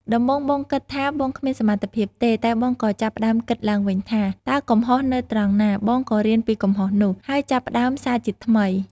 ដំបូងបងគិតថាបងគ្មានសមត្ថភាពទេ តែបងក៏ចាប់ផ្ដើមគិតឡើងវិញថា តើកំហុសនៅត្រង់ណា? បងក៏រៀនពីកំហុសនោះ ហើយចាប់ផ្ដើមសាជាថ្មី។